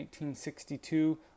1962